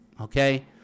Okay